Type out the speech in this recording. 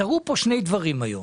קרו פה שני דברים היום.